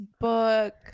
book –